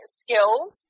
skills